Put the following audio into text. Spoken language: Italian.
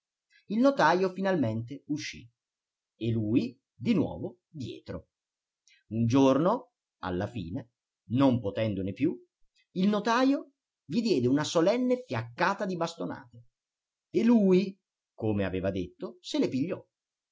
il notajo finalmente uscì e lui di nuovo dietro un giorno alla fine non potendone più il notajo gli diede una solenne fiaccata di bastonate e lui come aveva detto se le pigliò